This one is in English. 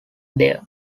there